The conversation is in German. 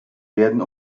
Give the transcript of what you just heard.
werden